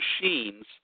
machines